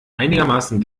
einigermaßen